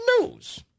news